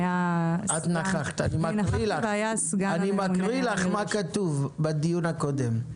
אני מקריא לך מה כתוב בדיון הקודם: